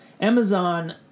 Amazon